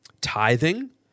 Tithing